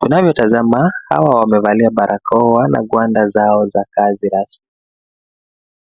unavyotazama, hawa wameevalia barakoa na gwanda zao za kazi rasmi.